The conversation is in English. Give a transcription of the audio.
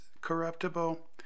corruptible